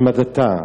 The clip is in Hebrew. בהשמדתה.